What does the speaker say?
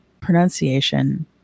pronunciation